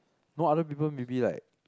no other people maybe like